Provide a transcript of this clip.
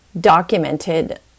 documented